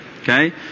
okay